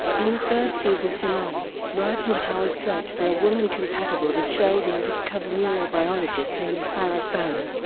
in the third-season finale, raj and howard search for a woman compatible with sheldon and discover neurobiologist amy farrah fowler.